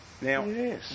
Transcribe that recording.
Now